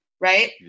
right